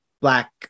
black